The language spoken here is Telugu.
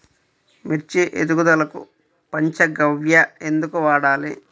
మిర్చి ఎదుగుదలకు పంచ గవ్య ఎందుకు వాడాలి?